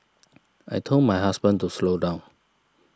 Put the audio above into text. I told my husband to slow down